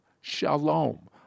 Shalom